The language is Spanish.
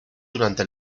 durante